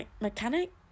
Mechanic